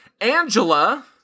Angela